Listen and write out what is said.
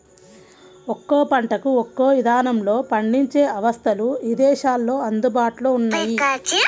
ఒక్కో పంటకు ఒక్కో ఇదానంలో పండించే అవస్థలు ఇదేశాల్లో అందుబాటులో ఉన్నయ్యి